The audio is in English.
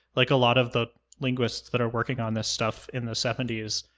like a lot of the linguists that are working on this stuff in the seventy s.